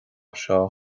seo